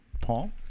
Paul